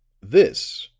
this,